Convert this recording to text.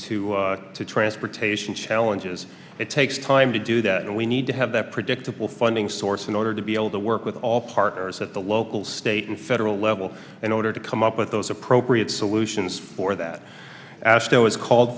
solution to transportation challenges it takes time to do that and we need to have that predictable funding source in order to be able to work with all partners at the local state and federal level in order to come up with those appropriate solutions for that asto is called